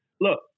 look